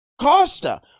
Costa